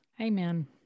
Amen